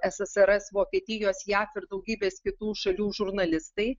ssrs vokietijos jav ir daugybės kitų šalių žurnalistai